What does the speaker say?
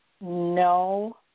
No